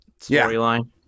storyline